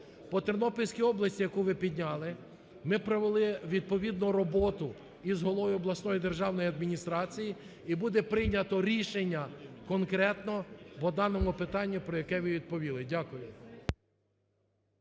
По Тернопільській області, яку ви підняли, ми провели відповідну роботу із головою обласної державної адміністрації і буде прийнято рішення конкретно по даному питанню, про яке ви відповіли. Дякую.